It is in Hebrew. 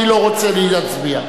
מי לא רוצה להצביע?